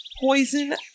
poison